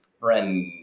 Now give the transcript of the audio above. friend